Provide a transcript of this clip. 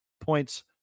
points